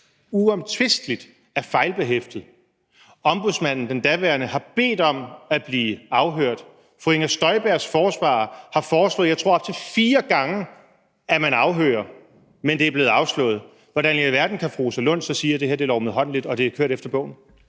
uomtvisteligt fejlbehæftet. Den daværende ombudsmand har bedt om at blive afhørt, og fru Inger Støjbergs forsvarer har foreslået op til fire gange, tror jeg, at man afhører ham, men det er blevet afslået. Hvordan i alverden kan fru Rosa Lund så sige, at det her er lovmedholdeligt og er kørt efter bogen?